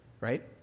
right